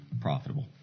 profitable